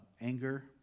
anger